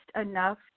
enough